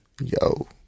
Yo